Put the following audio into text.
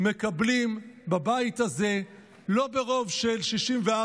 מקבלים בבית הזה לא ברוב של 64,